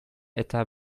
eta